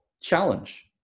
challenge